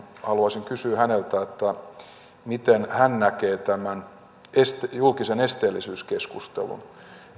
haluaisin kysyä häneltä miten hän näkee tämän julkisen esteellisyyskeskustelun